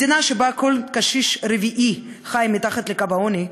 מדינה שבה כל קשיש רביעי חי מתחת לקו העוני,